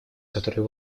которые